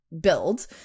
build